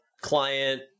client